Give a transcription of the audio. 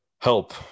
help